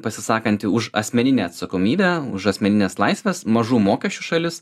pasisakanti už asmeninę atsakomybę už asmenines laisves mažų mokesčių šalis